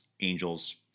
angels